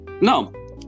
No